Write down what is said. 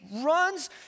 runs